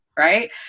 Right